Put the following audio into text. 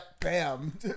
bam